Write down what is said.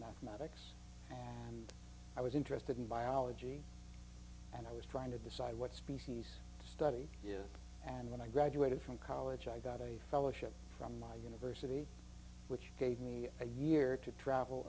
mathematics i was interested in biology and i was trying to decide what species study is and when i graduated from college i got a fellowship from my university which gave me a year to travel